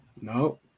No